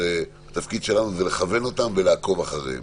התפקיד שלנו זה לכוון אותם ולעקוב אחריהם.